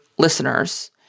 listeners